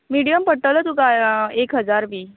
medium पडटलो तुका एक हजार बी